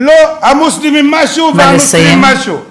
לא, המוסלמים משהו והנוצרים משהו.